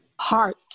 Heart